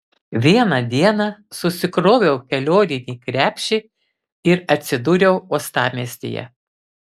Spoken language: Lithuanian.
vieną dieną susikroviau kelioninį krepšį ir atsidūriau uostamiestyje